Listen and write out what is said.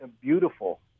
Beautiful